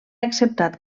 acceptat